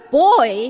boy